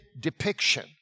depiction